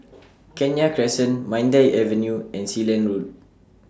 Kenya Crescent Mandai Avenue and Sealand Road